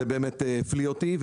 זה באמת מפליא אותי.